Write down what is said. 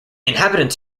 inhabitants